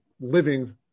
living